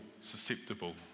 susceptible